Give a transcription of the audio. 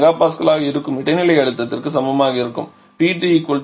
32 MPa ஆக இருக்கும் இடைநிலை அழுத்தத்திற்கு சமமாக இருக்கும் P2 0